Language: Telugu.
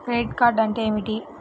క్రెడిట్ కార్డ్ అంటే ఏమిటి?